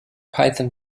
python